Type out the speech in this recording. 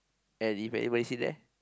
and if anybody sit there